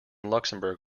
luxembourg